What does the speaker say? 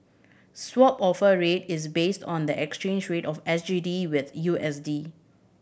Swap Offer Rate is based on the exchange rate of S G D with U S D